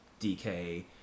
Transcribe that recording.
DK